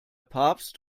papst